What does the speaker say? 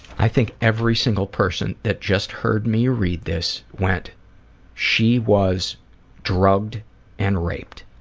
i think every single person that just heard me read this went she was drugged and raped.